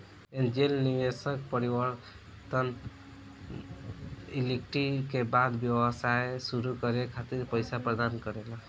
angel निवेशक परिवर्तनीय equity के बदला व्यवसाय सुरू करे खातिर पईसा प्रदान करेला